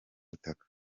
butaka